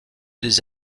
des